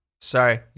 Sorry